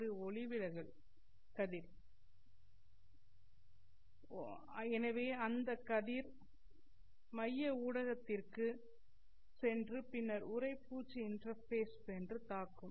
ஒரு ஒளி விலகல் கதிர் எனவே அந்த கதிர் மைய ஊடகத்திற்குச் சென்று பின்னர் உறைப்பூச்சு இன்டர்பேஸ் ஐ சென்று தாக்கும்